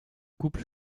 couple